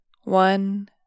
One